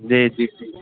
जी जी